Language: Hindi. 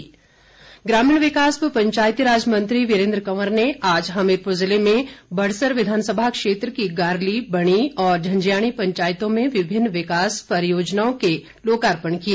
वीरेंद्र कंवर ग्रामीण विकास व पंचायती राज मंत्री वीरेंद्र कंवर ने आज हमीरपुर जिले में बड़सर विधानसभा क्षेत्र की गारली बणी और झंजयाणी पंचायतों में विभिन्न विकासात्मक परियोजनाओं के लोकार्पण किए